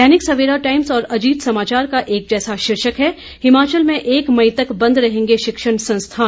दैनिक Savera times और अजीत समाचार का एक जैसा शीर्षक है हिमाचल में एक मई तक बंद रहेंगे शिक्षण संस्थान